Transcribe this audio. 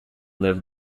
lived